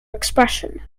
expression